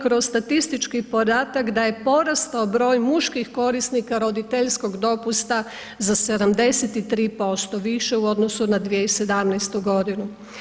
Kroz statistički podatak da je porastao broj muških korisnika roditeljskog dopusta za 73% više u odnosu na 2017. godinu.